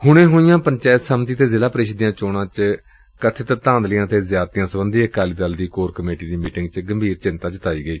ਹੁਣੇ ਹੋਈਆਂ ਪੰਚਾਇਤ ਸਮਿਤੀ ਅਤੇ ਜ਼ਿਲ੍ਹਾ ਪ੍ਰੀਸ਼ਦ ਦੀਆਂ ਚੋਣਾਂ ਵਿੱਚ ਹੋਈਆਂ ਕਬਿਤ ਧਾਂਦਲੀਆਂ ਅਤੇ ਜਿਆਦਤੀਆਂ ਸਬੰਧੀ ਅਕਾਲੀ ਦਲ ਦੀ ਕੋਰ ਕਮੇਟੀ ਦੀ ਮੀਟਿੰਗ ਵਿੱਚ ਗੰਭੀਰ ਚਿੰਤਾ ਜਿਤਾਈ ਗਈ